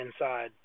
inside